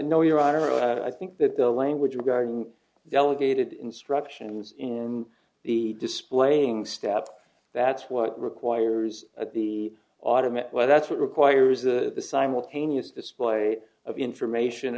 and i think that the language regarding delegated instructions in the displaying step that's what requires the automatic well that's what requires a simultaneous display of information